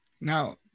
now